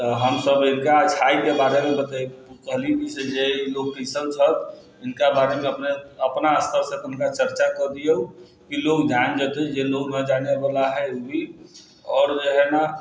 तऽ हमसब हिनका अच्छाइके बारेमे बते कहली से जे ई लोक कैसन छथि हिनका बारेमे अपना अपना स्तरसँ कनिटा चर्चा कऽ दियौ की लोग जान जेतै जे लोग नहि जानैवला है उ भी आओर जे है ने